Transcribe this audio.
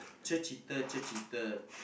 cher cheater cher cheater